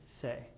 say